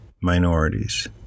minorities